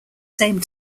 same